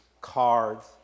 cards